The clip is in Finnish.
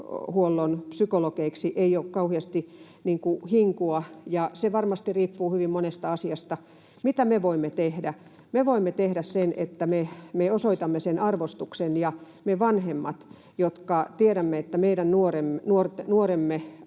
psykologeiksi ei ole kauheasti hinkua, ja se varmasti johtuu hyvin monesta asiasta. Mitä me voimme tehdä? Me voimme tehdä sen, että me osoitamme sen arvostuksen, me vanhemmat, jotka tiedämme, että meidän nuoremme